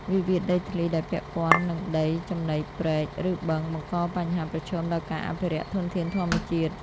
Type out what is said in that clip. វិវាទដីធ្លីដែលពាក់ព័ន្ធនឹងដីចំណីព្រែក ឬបឹង បង្កបញ្ហាប្រឈមដល់ការអភិរក្សធនធានធម្មជាតិ។